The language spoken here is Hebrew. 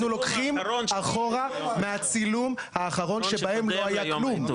אנחנו לוקחים אחורה מהצילום האחרון שבו לא היה כלום.